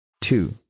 Two